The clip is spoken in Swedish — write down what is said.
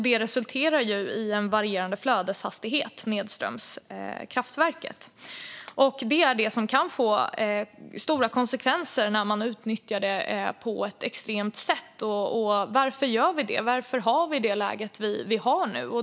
Detta resulterar i en varierande flödeshastighet nedströms kraftverket. Det är detta som kan få stora konsekvenser när man utnyttjar det på ett extremt sätt. Varför gör vi det? Varför har vi det läge som vi har nu?